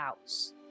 house